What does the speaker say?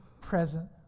present